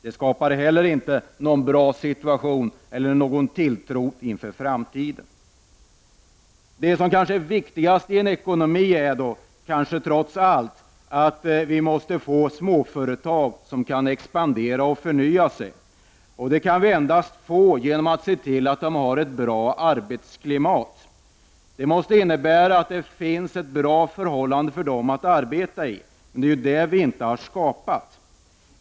Det skapar heller inte någon bra situation eller någon tilltro inför framtiden. Det som kanske är viktigast i en ekonomi är trots allt att vi måste få småföretag som kan expandera och förnya sig. Det kan vi endast få genom att se till att de har ett bra arbetsklimat. Det måste innebära att det finns bra förhållanden för dem att arbeta i, och det är ju det vi inte har skapat.